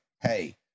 Hey